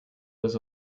was